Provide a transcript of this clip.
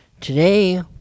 Today